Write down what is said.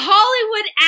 Hollywood